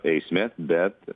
eisme bet